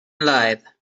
lived